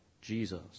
Jesus